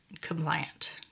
compliant